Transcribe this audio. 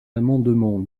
amendements